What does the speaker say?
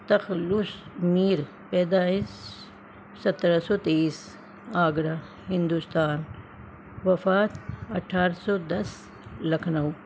تخلص میر پیدائش سترہ سو تئیس آگرہ ہندوستان وفات اٹھارہ سو دس لکھنؤ